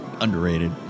underrated